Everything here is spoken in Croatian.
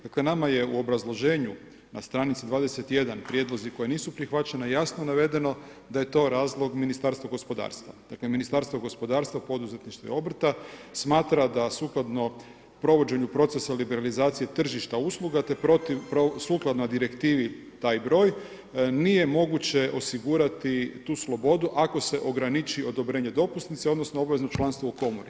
Dakle nama je u obrazloženju na stranici 21. prijedlozi koji nisu prihvaćeni jasno navedeno da je to razlog Ministarstvo gospodarstva, dakle Ministarstvo gospodarstva, poduzetništva i obrta, smatra da sukladno provođenju procesa liberalizacije tržišta usluga te protiv, sukladno direktivi taj broj, nije moguće osigurati tu slobodu ako se ograniči odobrenje dopusnice, odnosno obavezno članstvo u komori.